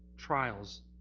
Trials